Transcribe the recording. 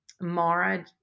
Mara